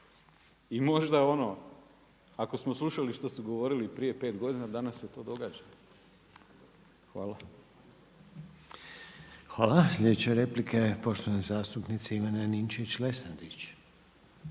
i možda ono, ako smo slušali što su govorili prije 5 godina, danas se to događa. Hvala. **Reiner, Željko (HDZ)** Hvala. Slijedeća replika je poštovane zastupnice Ivane Ninčević-Lesandrić.